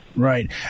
Right